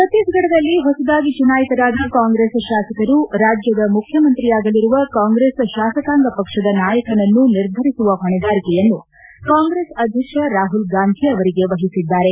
ಛತ್ತೀಸ್ಗಡದಲ್ಲಿ ಹೊಸದಾಗಿ ಚುನಾಯಿತರಾದ ಕಾಂಗ್ರೆಸ್ ಶಾಸಕರು ರಾಜ್ಲದ ಮುಖ್ಯಮಂತ್ರಿಯಾಗಲಿರುವ ಕಾಂಗ್ರೆಸ್ ಶಾಸಕಾಂಗ ಪಕ್ಷದ ನಾಯಕನನ್ನು ನಿರ್ಧರಿಸುವ ಹೊಣೆಗಾರಿಕೆಯಲ್ಲಿ ಕಾಂಗ್ರೆಸ್ ಅಧ್ಯಕ್ಷ ರಾಹುಲ್ ಗಾಂಧಿ ಅವರಿಗೆ ವಹಿಸಿದ್ದಾರೆ